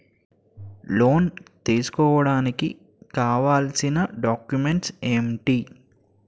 Loan తీసుకోడానికి కావాల్సిన documents ఎంటి?